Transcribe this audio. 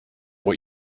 what